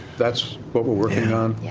that's what we are working on, yeah